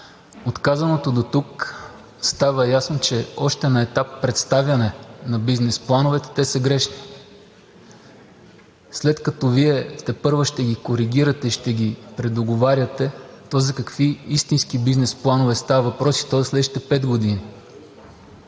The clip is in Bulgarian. от казаното дотук става ясно, че още на етап представяне на бизнес плановете те са грешни. След като Вие тепърва ще ги коригирате, ще ги предоговаряте, то за какви истински бизнес планове става въпрос, и то за следващите пет години?